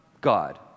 God